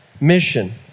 mission